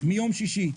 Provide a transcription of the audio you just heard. מיום שישי.